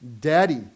Daddy